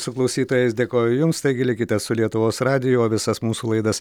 su klausytojais dėkoju jums taigi likite su lietuvos radiju o visas mūsų laidas